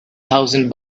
thousand